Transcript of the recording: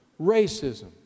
racism